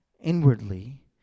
Inwardly